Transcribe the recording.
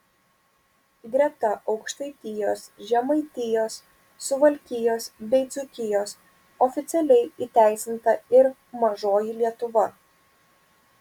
greta aukštaitijos žemaitijos suvalkijos bei dzūkijos oficialiai įteisinta ir mažoji lietuva